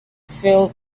fell